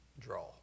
draw